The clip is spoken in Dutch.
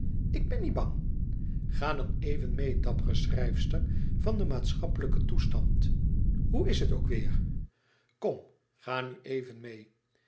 ik ben niet bang ga dan even meê dappere schrijfster van den maatschappelijken toestand hoe is het ook weêr kom ga nu even meê